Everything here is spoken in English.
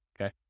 okay